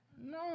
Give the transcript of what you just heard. no